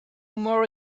more